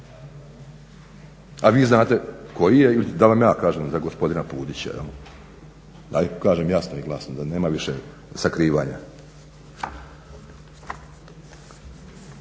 A vi znate koji je ili da vam ja kažem za gospodina Pudića, jel da kažem jasno i glasno da nema više sakrivanja.